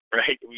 right